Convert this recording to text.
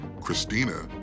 Christina